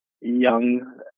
young